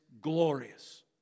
glorious